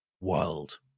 world